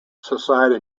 society